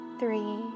three